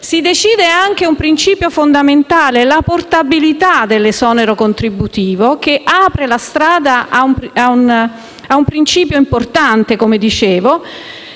si decide anche un principio fondamentale: la portabilità dell'esonero contributivo, che apre la strada a un principio importante, come dicevo;